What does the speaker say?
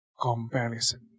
comparison